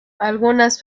algunas